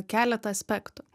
keletą aspektų